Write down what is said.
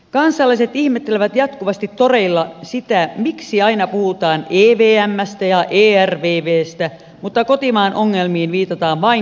kansalaiset ihmettelevät jatkuvasti toreilla sitä miksi aina puhutaan evmstä ja ervvstä mutta kotimaan ongelmiin viitataan vain kintaalla